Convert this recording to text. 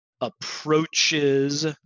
approaches